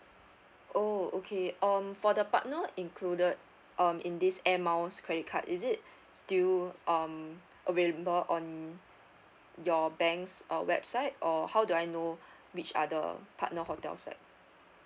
oh okay um for the partner included um in this Air Miles credit card is it still um available on your banks or website or how do I know which are the partner hotel sites